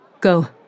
Go